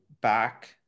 back